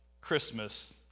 Christmas